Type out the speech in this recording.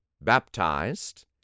baptized